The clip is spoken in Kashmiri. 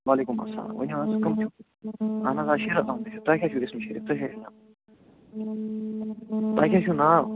وعلیکُم اسلام ؤنِو حظ کٕم چھِو اہَن حظ احمد چھُس تۄہہِ کیٛاہ چھُو اِسمِ شریٖف تۄہہِ کیٛاہ چھُو ناو تۄہہِ کیٛاہ چھُو ناو